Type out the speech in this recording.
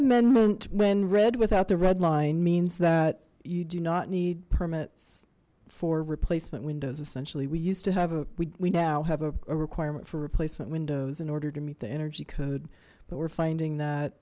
amendment when read without the redline means that you do not need permits for replacement windows essentially we used to have a we now have a requirement for replacement windows in order to meet the energy code but we're finding that